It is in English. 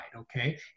okay